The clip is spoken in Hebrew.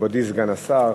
מכובדי סגן השר,